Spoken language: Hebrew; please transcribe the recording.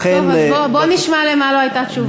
לכן, טוב, אז בוא, בוא נשמע למה לא הייתה תשובה.